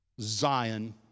Zion